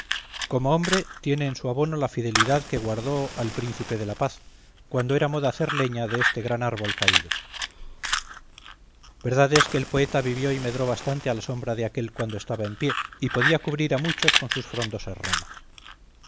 como hombre tiene en su abono la fidelidad que guardó al príncipe de la paz cuando era moda hacer leña de este gran árbol caído verdad es que el poeta vivió y medró bastante a la sombra de aquél cuando estaba en pie y podía cubrir a muchos con sus frondosas ramas